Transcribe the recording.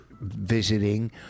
visiting